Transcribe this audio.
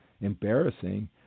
embarrassing